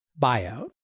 Buyout